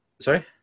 Sorry